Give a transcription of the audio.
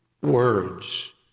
words